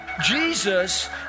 Jesus